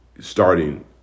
starting